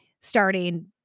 starting